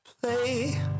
Play